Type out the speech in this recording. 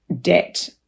debt